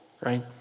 right